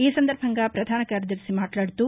ఈ సందర్బంగా ప్రధాన కార్యదర్శి మాట్లాదుతూ